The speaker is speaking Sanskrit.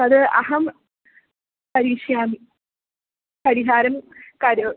तद् अहं करिष्यामि परिहारं करोमि